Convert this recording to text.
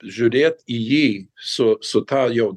žiūrėt į jį su su ta jau